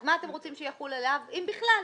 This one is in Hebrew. מה אתם רוצים שיחול עליו, אם בכלל?